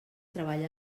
treballa